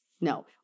no